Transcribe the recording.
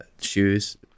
shoes